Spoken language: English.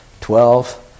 Twelve